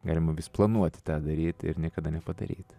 galima vis planuoti tą daryt ir niekada nepadaryt